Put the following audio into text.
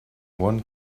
one